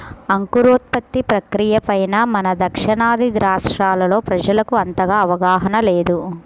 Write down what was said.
అంకురోత్పత్తి ప్రక్రియ పైన మన దక్షిణాది రాష్ట్రాల్లో ప్రజలకు అంతగా అవగాహన లేదు